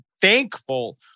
thankful